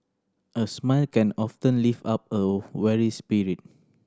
a smile can often lift up a weary spirit